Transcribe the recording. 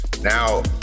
now